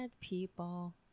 people